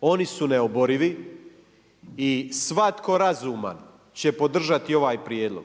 Oni su neoborivi i svatko razuman će podržati ovaj prijedlog.